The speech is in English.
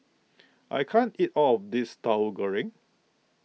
I can't eat all of this Tauhu Goreng